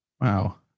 Wow